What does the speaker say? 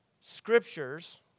scriptures